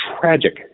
tragic